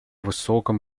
высоком